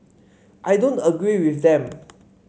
I don't agree with them